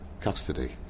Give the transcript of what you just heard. custody